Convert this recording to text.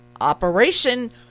Operation